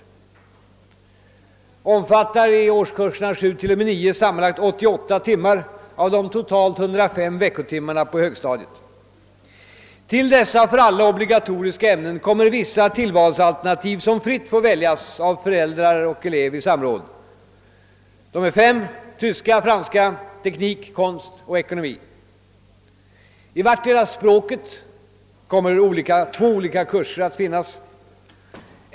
Den omfattar i årskurserna 7—9 sammanlagt 88 timmar av de totalt 105 veckotimmarna på högstadiet. Till dessa för alla obligatoriska ämnen kommer vissa tillvalsalternativ som fritt får väljas av föräldrar och elever i samråd. De är fem: tyska, franska, teknik, konst och ekonomi. I vartdera språket kommer två olika kurser att finnas.